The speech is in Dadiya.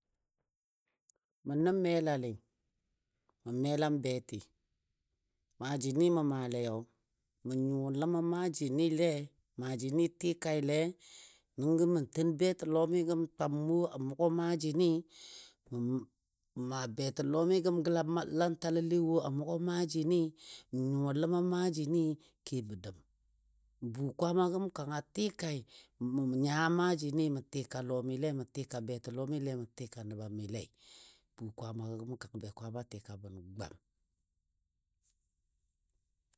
Mə nə melali, mə melam beti Maajini mə maalei mə nyuwa ləma maajinile, maajini tikaile, nəngo mə ten betɔlɔmi gəm twam wo a mʊga maajini mə ma betɔlomi gəm gəlalantalɔle a mʊgɔ maajini n nyuwa ləma maajini kebo dəm. Bu kwaama gəm kang a tɨkai mə nya maajini mə tɨka lɔmile mə tɨka betɔlɔmile mə tɨka nəbam məndilei. Bu kwaamago gəm kang be kwaama tɨka bəngwam.